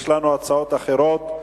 יש לנו הצעות אחרות.